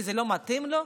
כי זה לא מתאים לו.